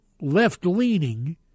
left-leaning